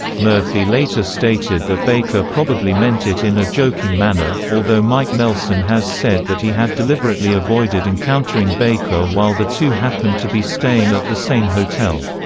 murphy later stated that baker probably meant it in a joking manner, although mike nelson has said that he had deliberately avoided encountering baker while the two happened to be staying at the same hotel.